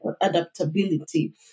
adaptability